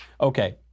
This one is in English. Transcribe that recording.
Okay